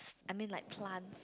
I mean like plant